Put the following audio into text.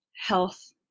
health